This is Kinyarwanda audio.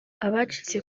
abacitse